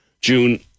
June